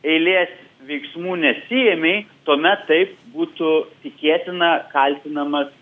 eilės veiksmų nesiėmei tuomet taip būtų tikėtina kaltinamas